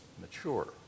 mature